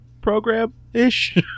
program-ish